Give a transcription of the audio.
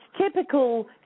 typical